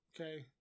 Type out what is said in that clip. okay